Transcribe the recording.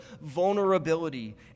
vulnerability